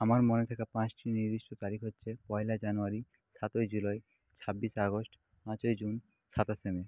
আমার মনে থাকা পাঁচটি নির্দিষ্ট তারিখ হচ্ছে পয়লা জানুয়ারি সাতই জুলাই ছাব্বিশে আগস্ট পাঁচই জুন সাতাশে মে